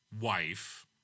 wife